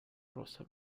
rosa